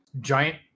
Giant